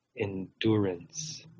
endurance